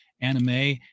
anime